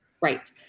Right